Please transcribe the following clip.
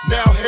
Now